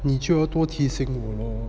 你就多提醒我 lor